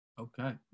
Okay